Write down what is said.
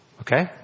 Okay